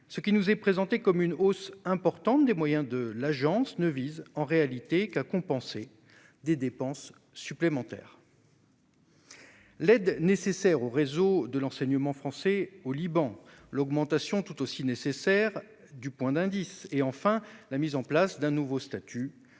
Ce qui nous est présenté comme une hausse importante des moyens de l'agence ne vise en réalité qu'à compenser des dépenses supplémentaires : l'aide nécessaire au réseau de l'enseignement français au Liban, l'augmentation, tout aussi nécessaire, du point d'indice et la mise en place d'un nouveau statut pour les